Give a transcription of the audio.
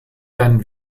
dann